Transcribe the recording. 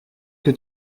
que